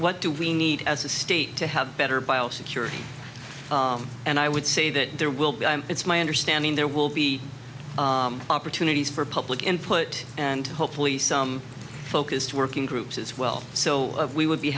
what do we need as a state to have better bio security and i would say that there will be it's my understanding there will be opportunities for public input and hopefully some focused working groups as well so we would